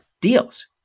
deals